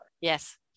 Yes